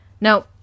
Now